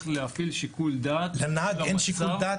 להפעיל שיקול דעת --- לנהג אין שיקול דעת,